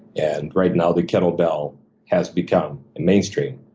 and right now, the kettle bell has become mainstream.